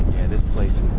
and this place